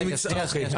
שנייה, שנייה.